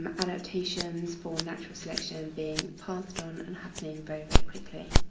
um adaptations for natural selection being passed on and happening very, very quickly.